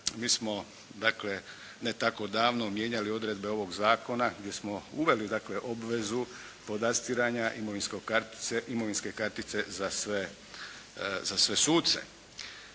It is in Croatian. mi smo dakle ne tako davno mijenjali odredbe ovog zakona gdje smo uveli dakle obvezu podastiranja imovinske kartice za sve suce.